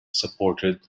supported